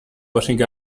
washing